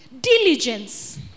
Diligence